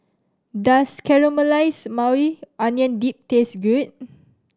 does Caramelized Maui Onion Dip taste good